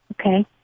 Okay